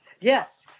yes